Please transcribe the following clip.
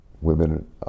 Women